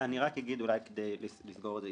אני רק אגיד כדי לסגור את זה.